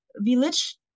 village